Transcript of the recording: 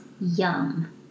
yum